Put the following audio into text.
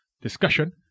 Discussion